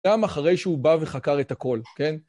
גם אחרי שהוא בא וחקר את הכל, כן?